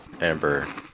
Amber